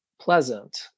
pleasant